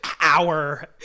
hour